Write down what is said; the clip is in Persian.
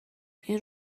این